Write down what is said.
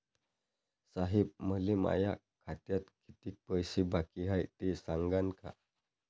साहेब, मले माया खात्यात कितीक पैसे बाकी हाय, ते सांगान का?